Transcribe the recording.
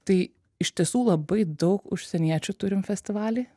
tai iš tiesų labai daug užsieniečių turim festivaly